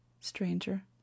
Stranger